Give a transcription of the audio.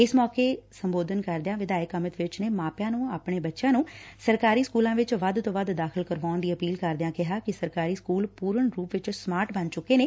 ਇਸ ਮੌਕੇ ਤੇ ਆਪਣੇ ਸੰਬੋਧਨ ਚ ਵਿਧਾਇਕ ਅਮਿਤ ਵਿਜ ਨੇ ਮਾਪਿਆਂ ਨੂੰ ਆਪਣੇ ਬੱਚਿਆਂ ਨੂੰ ਸਰਕਾਰੀ ਸਕਲਾਂ ਵਿੱਚ ਵੱਧ ਤੋਂ ਵੱਧ ਦਾਖਲਾ ਕਰਵਾਉਣ ਦੀ ਅਪੀਲ ਕਰਦਿਆਂ ਕਿਹਾ ਕਿ ਸਰਕਾਰੀ ਸਕਲ ਪਰਨ ਸੰਮਾਰਟ ਬਣ ਚੁੱਕੇ ਨੇ